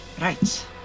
Right